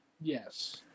yes